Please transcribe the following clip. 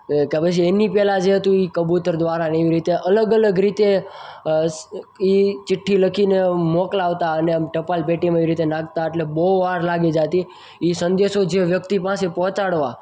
કે કાં પછી એમની પહેલાં જે હતું એ કબૂતર દ્વારા અને એવી રીતે અલગ અલગ રીતે એ ચીઠ્ઠી લખીને મોકલાવતા અને આમ ટપાલપેટીમાં એવી રીતે નાખતા અટલે બહુ વાર લાગી જતી એ સંદેશો જે વ્યક્તિ પાસે પહોંચાડવા